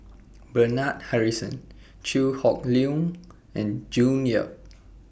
Bernard Harrison Chew Hock Leong and June Yap